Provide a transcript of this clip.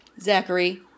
Zachary